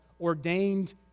ordained